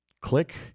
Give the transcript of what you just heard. Click